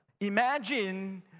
Imagine